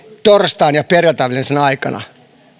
torstain ja perjantain välisenä aikana